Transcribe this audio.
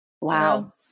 wow